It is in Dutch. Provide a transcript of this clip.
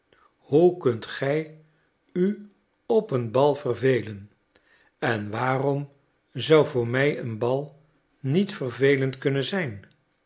hoe kunt gij u op een bal vervelen en waarom zou voor mij een bal niet vervelend zijn